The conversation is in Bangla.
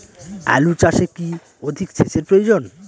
আলু চাষে কি অধিক সেচের প্রয়োজন?